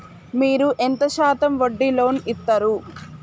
మీరు ఎంత శాతం వడ్డీ లోన్ ఇత్తరు?